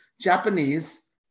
Japanese